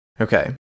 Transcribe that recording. okay